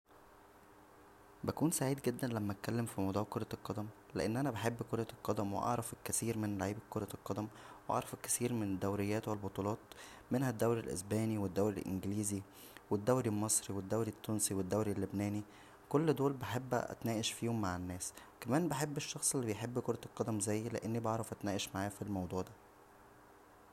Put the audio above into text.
بكون سعيد جدا لما اتكلم فموضوع كرة القدم لان انا بحب كرة القدم و اعرف الكثير من لاعيبة كرة القدم واعرف الكثير من الدوريات والبطولات نها الددورى الاسبانى و الدورى الانجليزى و الدورى المصرى و الدورى التونسى والدورى اللبنانى كل دول بحب اتناقش فيهم مع الناس كمان بحب الشخص اللى بيحب كرة القدم زيى لانى بعرف اتناقش معاه فالموضوع دا